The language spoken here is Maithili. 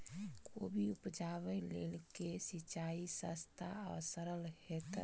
कोबी उपजाबे लेल केँ सिंचाई सस्ता आ सरल हेतइ?